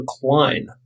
decline